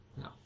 No